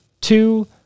Two